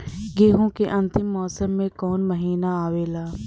गेहूँ के अंतिम मौसम में कऊन महिना आवेला?